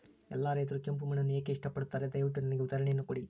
ಎಲ್ಲಾ ರೈತರು ಕೆಂಪು ಮಣ್ಣನ್ನು ಏಕೆ ಇಷ್ಟಪಡುತ್ತಾರೆ ದಯವಿಟ್ಟು ನನಗೆ ಉದಾಹರಣೆಯನ್ನ ಕೊಡಿ?